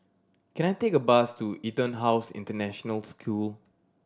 can I take a bus to EtonHouse International School